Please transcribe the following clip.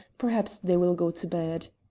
perhaps they will go to bed.